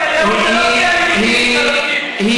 "אטבח אל-יהוד" זה לא,